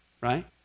right